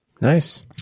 Nice